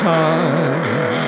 time